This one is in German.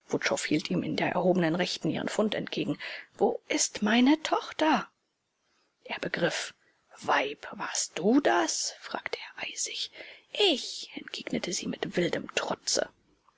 hielt ihm in der erhobenen rechten ihren fund entgegen wo ist meine tochter er begriff weib warst du das fragte er eisig ich entgegnete sie mit wildem trotze